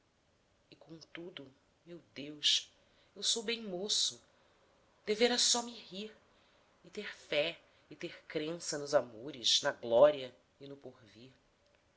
e contudo meu deus eu sou bem moço devera só me rir e ter fé e ter crença nos amores na glória e no porvir eu